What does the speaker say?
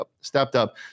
stepped-up